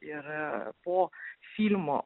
ir po filmo